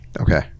Okay